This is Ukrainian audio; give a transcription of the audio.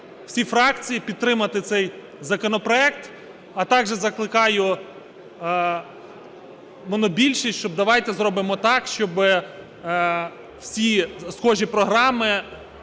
всі фракції підтримати цей законопроект. А також закликаю монобільшість, що давайте зробимо так, щоб всі схожі програми